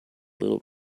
little